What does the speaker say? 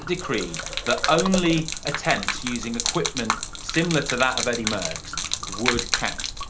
decreed that only attempts using equipment similar to that of eddy merckx would count.